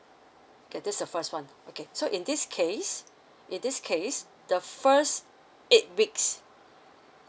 okay this the first one okay so in this case in this case the first eight weeks